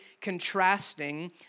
contrasting